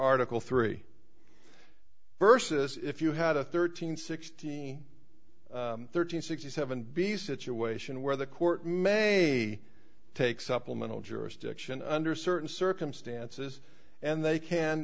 article three versus if you had a thirteen sixteen thirteen sixty seven b situation where the court may take supplemental jurisdiction under certain circumstances and they can